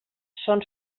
són